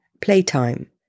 playtime